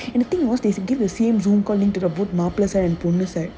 and the thing was they give the same Zoom call link to the mappilai side and ponnu side